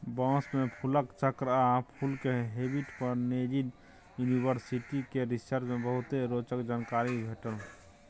बाँस मे फुलक चक्र आ फुलक हैबिट पर नैजिंड युनिवर्सिटी केर रिसर्च मे बहुते रोचक जानकारी भेटल